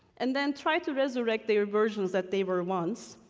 and then try to resurrect their versions that they were once,